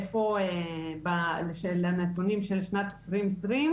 איפה לנתונים של שנת 2020,